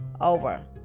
over